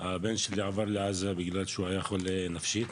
הבן שלי עבר לעזה כי הוא חולה נפשית.